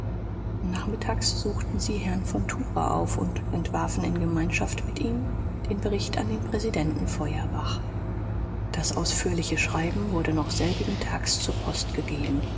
nachmittags suchten sie herrn von tucher auf und entwarfen in gemeinschaft mit ihm den bericht an den präsidenten feuerbach das ausführliche schreiben wurde noch selbigen tags zur post gegeben